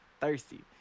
Thirsty